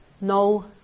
no